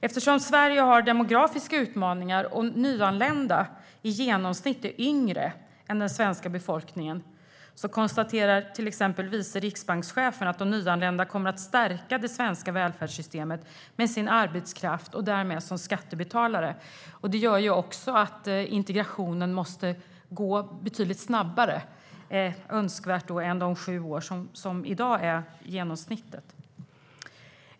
Eftersom Sverige har demografiska utmaningar och eftersom nyanlända i genomsnitt är yngre än den svenska befolkningen konstaterar till exempel vice riksbankschefen att de nyanlända kommer att stärka det svenska välfärdssystemet med sin arbetskraft och därmed som skattebetalare. Detta gör att integrationen måste gå betydligt snabbare. Det är önskvärt att det går fortare än de sju år som i dag är genomsnittet.